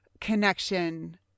connection